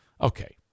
Okay